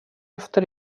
efter